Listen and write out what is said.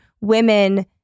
women